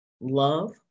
love